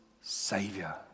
Savior